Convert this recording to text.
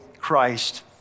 Christ